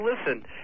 listen